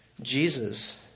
Jesus